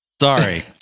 sorry